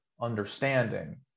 understanding